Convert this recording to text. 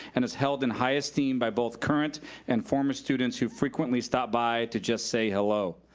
and is held in high esteem by both current and former students who frequently stop by to just say hello.